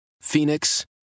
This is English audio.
Phoenix